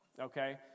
Okay